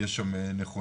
יש שם נכונות